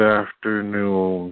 afternoon